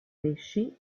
pesci